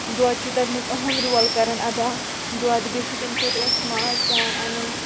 دۄد چھُ تَتھ منٛز اہَم رول کَران اَدا دۄد بیٚیہِ چھُ تَمہِ خٲطرٕ اَسہِ ماز پٮ۪وان اَنُن